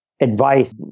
advice